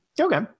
Okay